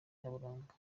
nyaburanga